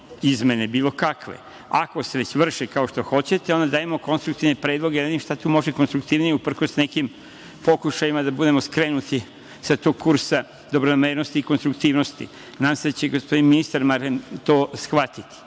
izmene, bilo kakve. Ako se već vrši kao što hoćete, onda dajemo konstruktivne predloge, da vidim šta tu može konstruktivnije uprkos nekim pokušajima da budemo skrenuti sa tog kursa dobronamernosti i konstruktivnosti. Nadam se da će gospodin ministar to shvatiti. Gospodin